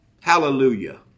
Hallelujah